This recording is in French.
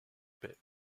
paix